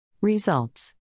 Results